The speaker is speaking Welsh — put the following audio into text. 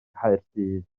caerdydd